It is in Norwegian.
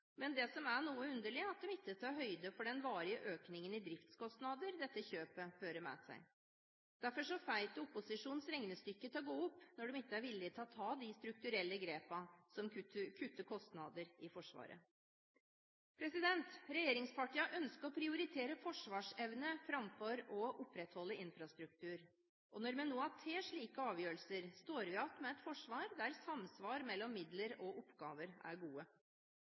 men det som er noe underlig, er at de ikke tar høyde for den varige økningen i driftskostnader som dette kjøpet fører med seg. Derfor får jeg ikke opposisjonens regnestykke til å gå opp, når de ikke er villige til å ta de strukturelle grepene som kutter kostnader i Forsvaret. Regjeringspartiene ønsker å prioritere forsvarsevne framfor å opprettholde infrastruktur. Når vi nå har tatt slike avgjørelser, står vi igjen med et forsvar der samsvar mellom midler og oppgaver er gode.